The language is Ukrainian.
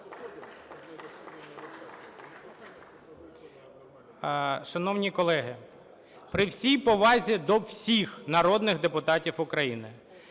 Шановні колеги, при всій повазі до всіх народних депутатів України